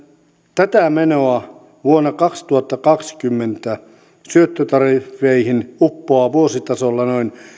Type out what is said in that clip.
tätä menoa vuonna kaksituhattakaksikymmentä syöttötariffeihin uppoaa vuositasolla